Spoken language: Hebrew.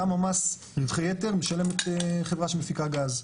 כמה מס רווחי יתר משלמת חברה שמפיקה גז.